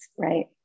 right